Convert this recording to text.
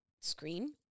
Screen